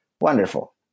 wonderful